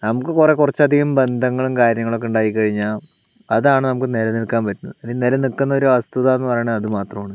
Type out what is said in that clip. നമുക്ക് കുറേ കുറച്ചധികം ബന്ധങ്ങളും കാര്യങ്ങളൊക്കെ ഉണ്ടായിക്കഴിഞ്ഞാൽ അതാണ് നമുക്ക് നിലനിൽക്കാൻ പറ്റുന്നത് അല്ലെങ്കിൽ നിലനിൽക്കുന്ന ഒരു വസ്തുത എന്ന് പറയുന്നത് അത് മാത്രമാണ്